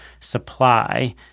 supply